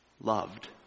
loved